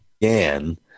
began